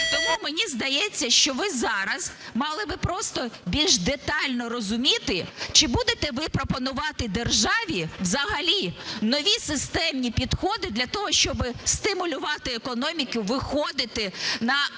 Тому мені здається, що ви зараз мали би просто більш детально розуміти, чи будете ви пропонувати державі взагалі нові системні підходи для того, щоб стимулювати економіку виходити на рівень